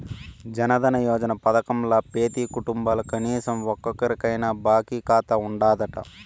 జనదన యోజన పదకంల పెతీ కుటుంబంల కనీసరం ఒక్కోరికైనా బాంకీ కాతా ఉండాదట